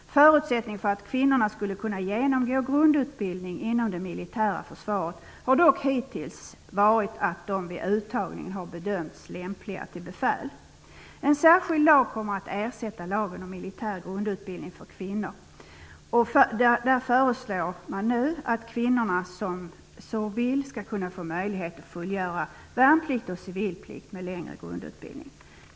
Förutsättningen för att kvinnor skall kunna genomgå grundutbildning inom det militära försvaret har dock hittills varit att de vid uttagningen har bedömts lämpliga till befäl. En särskild lag kommer att ersätta lagen om militär grundutbildning för kvinnor. Där föreslås att de kvinnor som så vill skall få möjlighet att fullgöra värnplikt och civil plikt med längre grundutbildning.